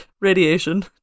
radiation